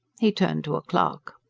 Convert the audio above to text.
he turned to a clerk.